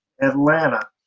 Atlanta